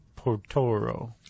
portoro